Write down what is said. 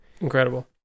incredible